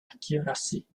accuracy